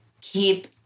keep